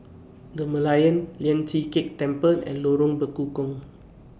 The Merlion Lian Chee Kek Temple and Lorong Bekukong